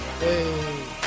Hey